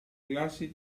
classi